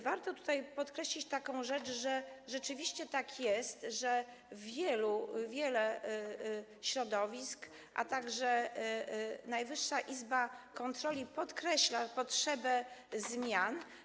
Warto tutaj podkreślić taką rzecz, że rzeczywiście tak jest, że wiele środowisk, także Najwyższa Izba Kontroli podkreśla potrzebę zmian.